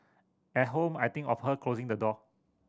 at home I think of her closing the door